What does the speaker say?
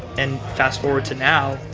and fast forward to now,